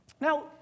Now